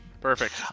Perfect